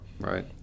Right